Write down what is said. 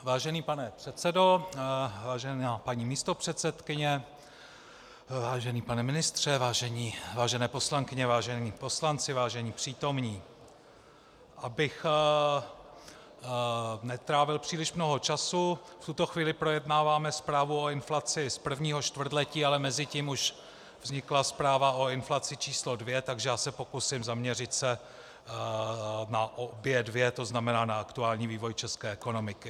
Vážený pane předsedo, vážená paní místopředsedkyně, vážený pane ministře, vážené poslankyně, vážení poslanci, vážení přítomní, abych netrávil příliš mnoho času, v tuto chvíli projednáváme zprávu o inflaci z prvního čtvrtletí, ale mezitím už vznikla zpráva o inflaci číslo dvě, takže já se pokusím zaměřit se na obě dvě, to znamená na aktuální vývoj české ekonomiky.